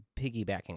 piggybacking